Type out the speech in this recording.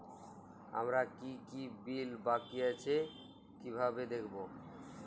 আমার কি কি বিল বাকী আছে কিভাবে দেখবো?